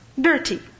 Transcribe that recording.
dirty